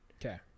Okay